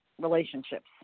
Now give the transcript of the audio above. relationships